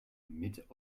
mit